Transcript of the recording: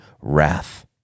wrath